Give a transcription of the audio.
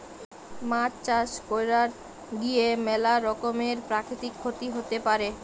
মাছ চাষ কইরার গিয়ে ম্যালা রকমের প্রাকৃতিক ক্ষতি হতে পারে